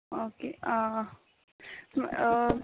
okay आ